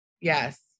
Yes